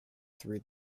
through